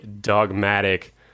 dogmatic